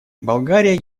болгария